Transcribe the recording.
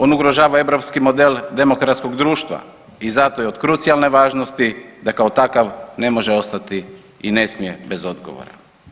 On ugrožava europski model demokratskog društva i zato je od krucijalne važnosti da kao takav ne može ostati i ne smije bez odgovora.